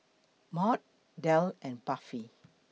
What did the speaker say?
Maud Del and Buffy